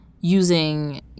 using